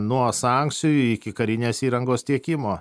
nuo sankcijų iki karinės įrangos tiekimo